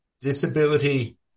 disability